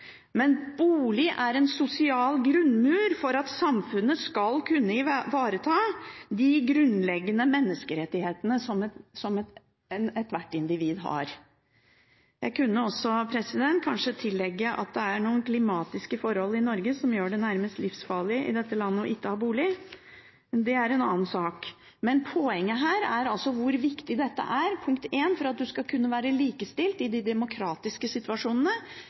Men bolig er en sosial grunnmur for at samfunnet skal kunne ivareta de grunnleggende menneskerettighetene som ethvert individ har. Jeg kunne også kanskje legge til at det er noen klimatiske forhold i Norge som gjør det nærmest livsfarlig i dette landet ikke å ha bolig, men det er en annen sak. Men poenget her er altså hvor viktig dette er: punkt 1, for at man skal kunne være likestilt i de demokratiske situasjonene,